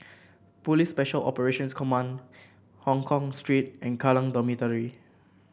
Police Special Operations Command Hongkong Street and Kallang Dormitory